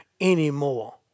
anymore